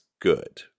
good